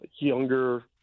younger